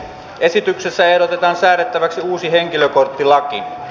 esityksessä ehdotetaan säädettäväksi uusi henkilökorttilaki